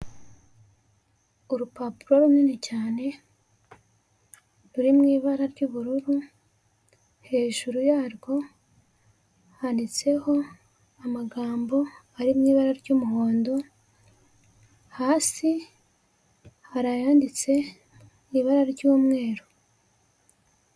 Urupapuro runini cyane ruri mu ibara ry'ubururu, hejuru yarwo handitseho amagambo ari mu ibara ry'umuhondo, hasi hari ayanditse mu ibara ry'umweru.